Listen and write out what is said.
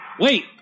Wait